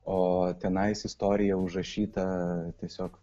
o tenais istorija užrašyta tiesiog